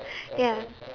ya